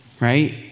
right